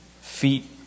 feet